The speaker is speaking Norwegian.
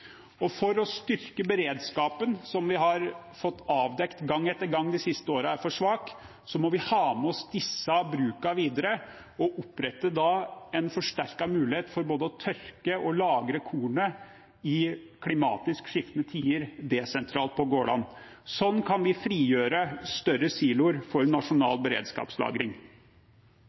For å styrke beredskapen, som vi gang etter gang de siste årene har fått avdekket er for svak, må vi ha med oss disse brukene videre og opprette en forsterket mulighet for både å tørke og lagre kornet i klimatisk skiftende tider desentralt på gårdene. Sånn kan vi frigjøre større siloer for nasjonal beredskapslagring.